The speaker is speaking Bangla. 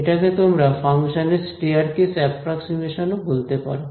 এটা কে তোমরা ফাংশন এর স্টেয়ারকেস অ্যাপ্রক্সিমেশন ও বলতে পারো